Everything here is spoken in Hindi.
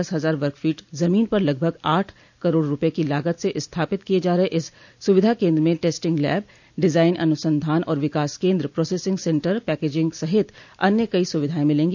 दस हजार वर्गफोट जमीन पर लगभग आठ करोड़ रूपये की लागत से स्थापित किये जा रहे इस सुविधा केन्द्र में टेस्टिंग लैब डिजाइन अनुसधान और विकास केन्द्र प्रोसेसिंग सेन्टर पैकिजिंग सहित अन्य कई सुविधाएं मिलेंगी